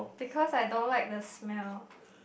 because I don't like the smell